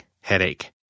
headache